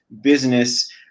business